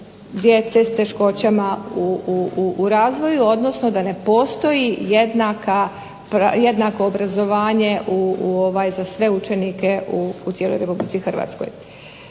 djece s teškoćama u razvoju, odnosno da ne postoji jednako obrazovanje za sve učenike u cijeloj Republici Hrvatskoj.